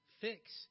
fix